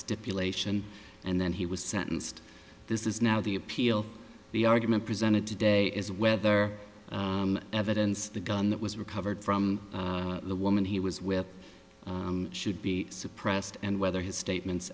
stipulation and then he was sentenced this is now the appeal the argument presented today is whether evidence the gun that was recovered from the woman he was with should be suppressed and whether his statements